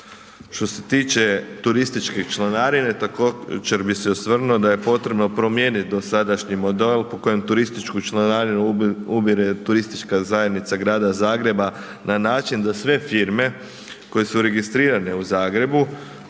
Što se tiče turističke članarine, također bih se osvrnuo da je potrebno promijeniti dosadašnji model po kojem turističku članarinu ubire TZ grada Zagreba na način da sve firme koje su registrirane u Zagrebu